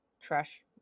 trash